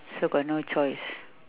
so got no choice